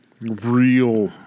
real